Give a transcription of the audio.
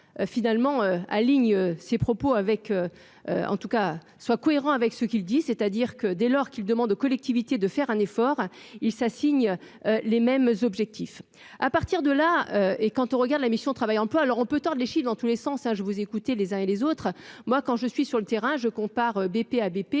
finalement aligne ses propos avec en tout cas soit cohérent avec ce qu'il dit, c'est-à-dire que dès lors qu'il demande aux collectivités de faire un effort, il s'assigne les mêmes objectifs, à partir de là, et quand on regarde la mission Travail, emploi, alors on peut tordre les chiffres dans tous les sens, ah je vous écouter les uns et les autres, moi quand je suis sur le terrain, je compare BP ABP